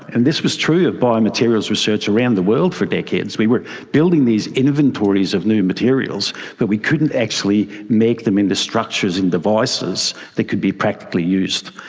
and this was true for biomaterials research around the world for decades. we were building these inventories of new materials but we couldn't actually make them into structures and devices that could be practically used.